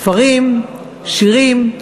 ספרים, שירים,